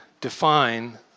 define